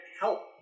help